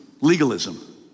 legalism